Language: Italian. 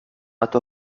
statua